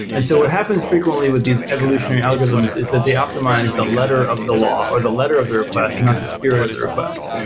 and so what happens frequently with these evolutionary algorithms is that they optimize the letter of the law, or the letter of the request and not the spirit of the request.